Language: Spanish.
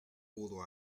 pudo